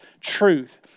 truth